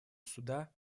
суда